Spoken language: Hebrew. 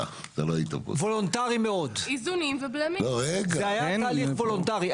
וולונטרי מאוד איזונים ובלמים זה היה תהליך וולונטרי.